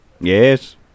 Yes